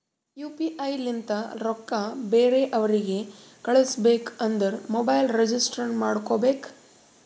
you P I ಲಿಂತ ರೊಕ್ಕಾ ಬೇರೆ ಅವ್ರಿಗ ಕಳುಸ್ಬೇಕ್ ಅಂದುರ್ ಮೊಬೈಲ್ ರಿಜಿಸ್ಟರ್ ಮಾಡ್ಕೋಬೇಕ್